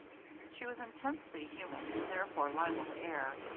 she was intensely human and therefore liable to err,